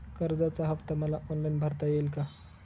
कर्जाचा हफ्ता मला ऑनलाईन भरता येईल का?